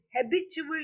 habitual